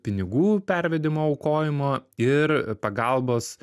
pinigų pervedimo aukojimo ir pagalbos